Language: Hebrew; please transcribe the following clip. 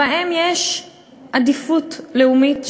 שלהם יש עדיפות לאומית,